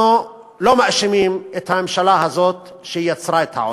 אנחנו לא מאשימים את הממשלה הזאת שהיא יצרה את העוני,